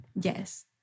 Yes